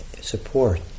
support